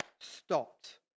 stopped